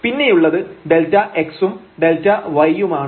പിന്നെയുള്ളത് Δx ഉം Δy യുമാണ്